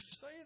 say